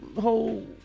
whole